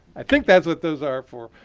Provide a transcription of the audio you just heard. i think that's what those are for.